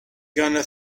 gonna